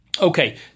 Okay